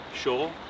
sure